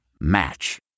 Match